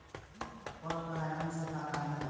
पर परागण से का हानि बा?